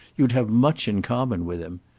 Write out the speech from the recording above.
you'd have much in common with him.